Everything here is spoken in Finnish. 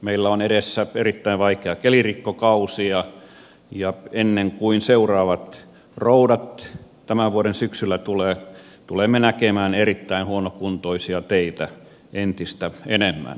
meillä on edessä erittäin vaikea kelirikkokausi ja ennen kuin seuraavat roudat tämän vuoden syksyllä tulevat tulemme näkemään erittäin huonokuntoisia teitä entistä enemmän